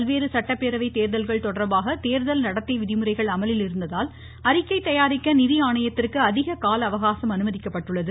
பல்வேறு சட்டப்பேரவை தேர்தல்கள் தொடர்பாக தேர்தல் நடத்தை விதிமுறைகள் அமலில் இருந்ததால் அறிக்கை தயாரிக்க நிதி ஆணையத்திற்கு அதிக கால அவகாசம் அனுமதிக்கப்பட்டுள்ளது